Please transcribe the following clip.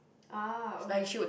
ah okay